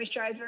moisturizer